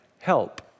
help